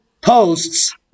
posts